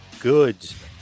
goods